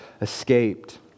escaped